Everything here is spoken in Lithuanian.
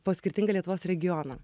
po skirtingą lietuvos regioną